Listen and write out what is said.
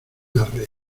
arreo